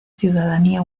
ciudadanía